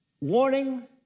warning